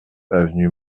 avenue